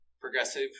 progressive